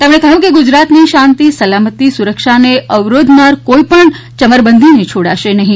તેમણે કહ્યું કે ગુજરાતની શાંતિ સલામતિ સુરક્ષાને અવરોધનાર કોઇપણ યમરબંધીને છોડાશે નહી